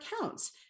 accounts